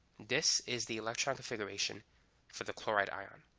this is the electron configuration for the chloride ion.